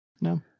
No